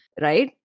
right